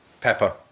pepper